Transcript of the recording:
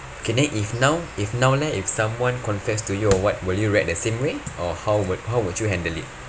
okay then if now if now leh if someone confess to you or what will you react the same way or how would how would you handle it